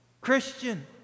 Christian